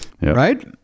right